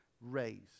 raised